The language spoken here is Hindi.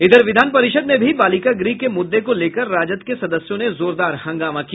इधर विधान परिषद में भी बालिका गृह के मुद्दे को लेकर राजद के सदस्यों ने जोरदार हंगामा किया